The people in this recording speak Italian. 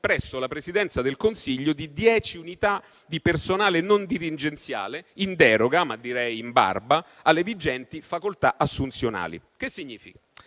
presso la Presidenza del Consiglio di dieci unità di personale non dirigenziale in deroga - ma, direi, in barba - alle vigenti facoltà assunzionali. Ciò significa